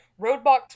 roadblocks